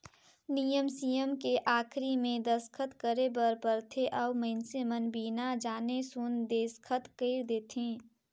नियम सियम के आखरी मे दस्खत करे बर परथे अउ मइनसे मन बिना जाने सुन देसखत कइर देंथे